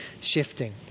shifting